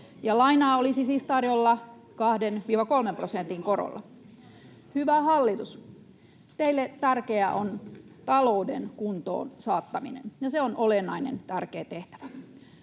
lainaa olisi siis tarjolla 2—3 prosentin korolla. Hyvä hallitus, teille tärkeää on talouden kuntoon saattaminen. No, se on olennainen, tärkeä tehtävä.